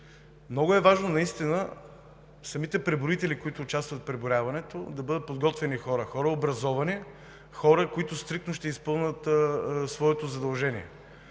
Много е важно самите преброители, които участват в преброяването, да бъдат подготвени хора – хора образовани, хора, които стриктно ще изпълнят своето задължение.